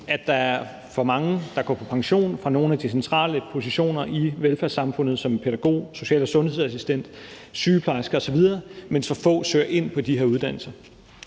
Der er for mange, der går på pension fra nogle af de centrale positioner i velfærdssamfundet – det er pædagoger, social- og sundhedsassistenter, sygeplejersker osv. – mens der er for få, der søger ind på de her uddannelser.